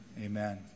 Amen